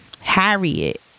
Harriet